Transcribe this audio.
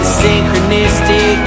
synchronistic